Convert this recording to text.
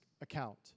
account